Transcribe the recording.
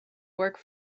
work